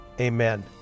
amen